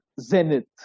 zenith